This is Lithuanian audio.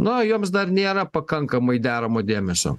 na joms dar nėra pakankamai deramo dėmesio